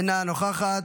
אינה נוכחת.